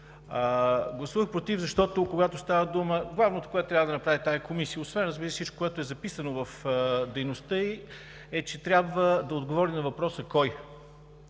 Гласувах против, защото главното, което трябва да направи тази Комисия освен, разбира се, всичко, което е записано в дейността ѝ, е, че трябва да отговори на въпроса: кой?